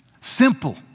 simple